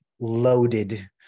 loaded